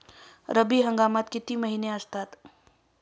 रब्बी हंगामात किती महिने असतात?